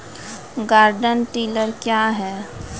Garden tiller क्या हैं?